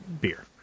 beer